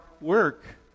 work